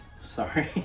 Sorry